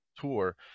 tour